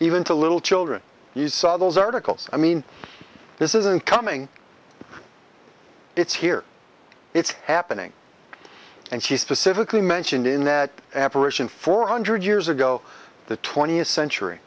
even to little children you saw those articles i mean this isn't coming it's here it's happening and she specifically mentioned in that apparition four hundred years ago the twentieth century